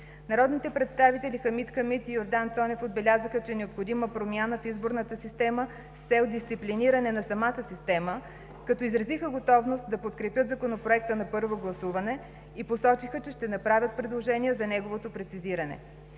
Народните представители Хамид Хамид и Йордан Цонев отбелязаха, че е необходима промяна в изборната система с цел дисциплиниране на самата система, като изразиха готовност да подкрепят Законопроекта на първо гласуване и посочиха, че ще направят предложения за неговото прецизиране.